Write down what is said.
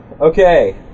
okay